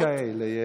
גם כאלה יש.